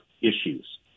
issues